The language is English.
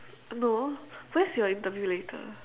no where's your interview later